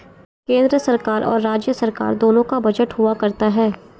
केन्द्र सरकार और राज्य सरकार दोनों का बजट हुआ करता है